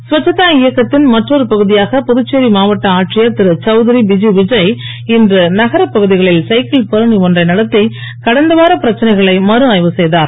ஸ்வச்சதா இயக்கத்தின் மற்ஜெரு பகுதியாக புதுச்சேரி மாவட்ட ஆட்சியர் திருசவுத்தரி பிஜி விஜய் இன்று நகரப் பகுதிகளில் சைக்கின் பேரணி ஒன்றை நடத்தி கடந்த வார பிரச்சனைகளை மறு ஆய்வு செய்தார்